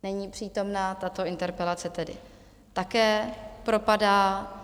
Není přítomna, tato interpelace tedy také propadá.